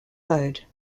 load